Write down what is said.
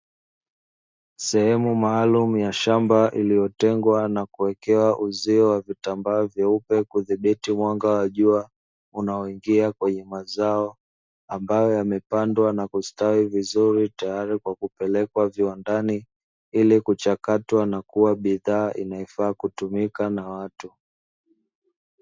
Sehemu maalumu ya shamba iliyotengwa na kuwekewa uzio wa vitambaa vyeupe kudhibiti mwanga wa jua unaoingia kwenye mazao ambayo yamepandwa na kustawi vizuri tayari kwa kupelekwa viwandani ilikuchakatwa na kuwa bidhaa inayofaa kutumika na watu.